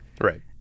Right